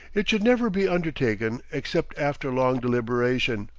it should never be undertaken except after long deliberation,